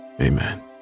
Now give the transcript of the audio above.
Amen